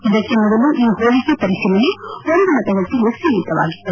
ಇದಕ್ಕೆ ಮೊದಲು ಈ ಹೋಲಿಕೆ ಪರಿಶೀಲನೆ ಒಂದು ಮತಗಟ್ಟೆಗೆ ಸೀಮಿತವಾಗಿತ್ತು